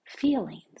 feelings